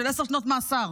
של עשר שנות מאסר.